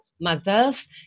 mothers